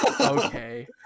Okay